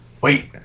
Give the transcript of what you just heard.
wait